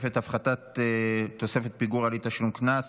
הפחתת תוספת הפיגור על אי-תשלום קנס),